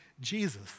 Jesus